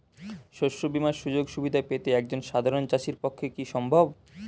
শস্য বীমার সুযোগ সুবিধা পেতে একজন সাধারন চাষির পক্ষে কি সম্ভব?